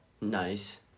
nice